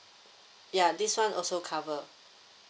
ya this [one] also cover